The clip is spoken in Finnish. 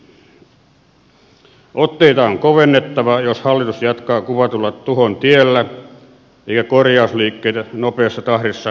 otteita on kovennettava jos hallitus jatkaa kuvatulla tuhon tiellä eikä korjausliikkeitä nopeassa tahdissa ala näkyä